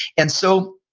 and so,